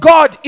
God